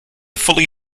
fully